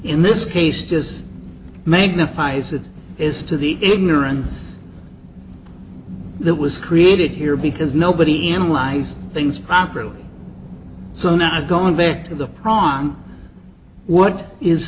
in this case just magnifies it is to the ignorance that was created here because nobody analyzed things properly so not going back to the prawn what is